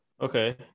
okay